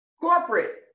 Corporate